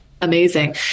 Amazing